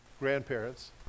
Grandparents